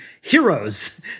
heroes